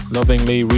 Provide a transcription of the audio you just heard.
Lovingly